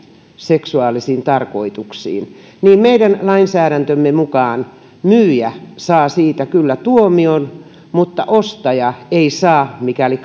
seksuaalisiin tarkoituksiin niin meidän lainsäädäntömme mukaan myyjä saa siitä kyllä tuomion mutta ostaja ei saa mikäli